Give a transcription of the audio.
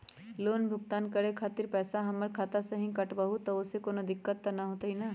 Loan भुगतान करे के खातिर पैसा हमर खाता में से ही काटबहु त ओसे कौनो दिक्कत त न होई न?